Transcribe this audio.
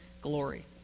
glory